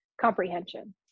comprehension